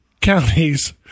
counties